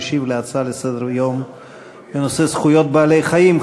שהשיב על הצעות לסדר-היום בנושא זכויות בעלי-חיים.